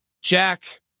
Jack